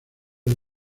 del